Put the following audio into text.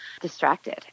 distracted